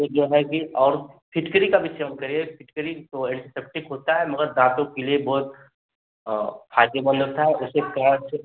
फिर जो है कि और फिटकरी का भी सेवन करिए फिटकरी तो ऐन्टिसेप्टिक होता है मगर दांतों के लिए बहुत हाजेबल होता है उससे क्या है कि